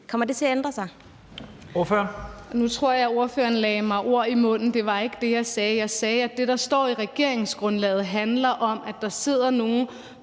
Kommer det til at ændre sig?